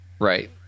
right